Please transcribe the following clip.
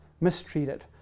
mistreated